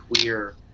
queer